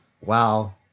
wow